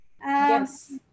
Yes